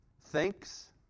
thanks